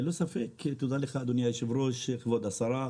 ברשותך.